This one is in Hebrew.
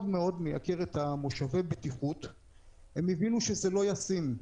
את מושבי הבטיחות וגם הם הבינו שזה לא ישים.